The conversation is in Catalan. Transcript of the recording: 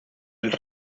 els